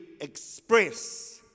express